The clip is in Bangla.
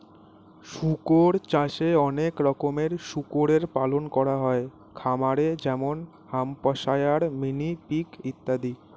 শুকর চাষে অনেক রকমের শুকরের পালন করা হয় খামারে যেমন হ্যাম্পশায়ার, মিনি পিগ ইত্যাদি